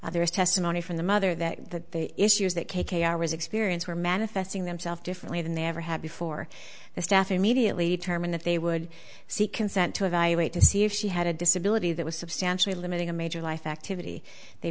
others testimony from the mother that the issues that k k are was experience were manifesting themselves differently than they ever had before the staff immediately turman that they would see consent to evaluate to see if she had a disability that was substantially limiting a major life activity they